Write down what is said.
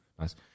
Nice